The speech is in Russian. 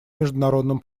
международном